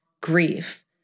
grief